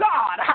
God